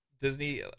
Disney